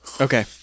Okay